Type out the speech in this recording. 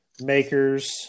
Maker's